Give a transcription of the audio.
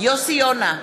יוסי יונה,